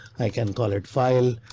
i can call it file.